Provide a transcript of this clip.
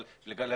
יש לי